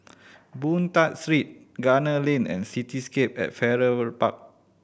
Boon Tat Street Gunner Lane and Cityscape at Farrer Park